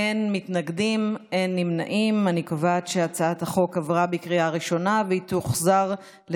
ההצעה להעביר את הצעת חוק הכשרות המשפטית והאפוטרופסות (תיקון מס' 19)